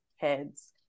kids